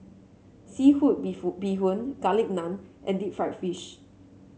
seafood bee Bee Hoon Garlic Naan and Deep Fried Fish